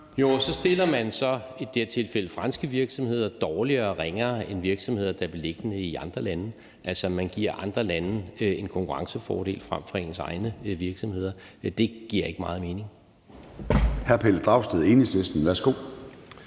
(V): Så stiller man i det her tilfælde franske virksomheder ringere end virksomheder, der er beliggende i andre lande. Man giver andre lande en konkurrencefordel frem for ens egne virksomheder. Det giver ikke meget mening.